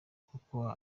kuko